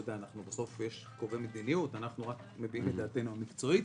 בסוף יש קובעי מדיניות ואנחנו רק מביעים את דעתנו המקצועית